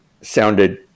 sounded